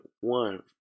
one